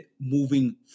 moving